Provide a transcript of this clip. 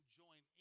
join